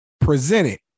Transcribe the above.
Presented